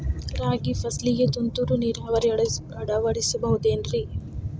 ರಾಗಿ ಫಸಲಿಗೆ ತುಂತುರು ನೇರಾವರಿ ಅಳವಡಿಸಬಹುದೇನ್ರಿ?